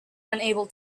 unable